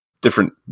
different